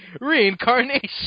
reincarnation